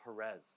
Perez